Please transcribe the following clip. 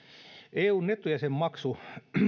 eun nettojäsenmaksu